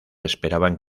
esperaban